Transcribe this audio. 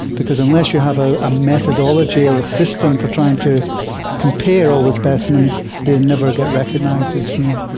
because unless you have ah a methodology or a system for trying to compare all the specimens, they never get recognised as new.